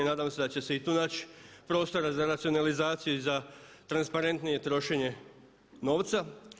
Nadam se da će se i tu naći prostora za racionalizaciju i transparentnije trošenje novca.